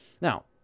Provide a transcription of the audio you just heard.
Now